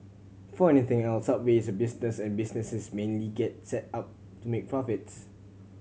before anything else Subway is a business and businesses mainly get set up to make profits